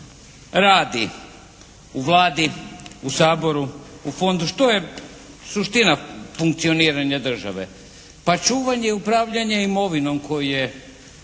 radi u Vladi, u Saboru, u fondu? Što je suština funkcioniranja države? Pa čuvanje i upravljanje imovinom koju je